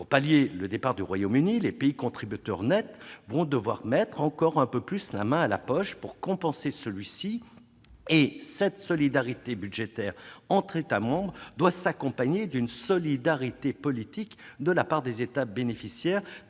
Pour pallier le départ du Royaume-Uni, les pays contributeurs nets vont devoir mettre encore un peu plus la main à la poche, et cette solidarité budgétaire entre États membres doit s'accompagner d'une solidarité politique de la part des États bénéficiaires,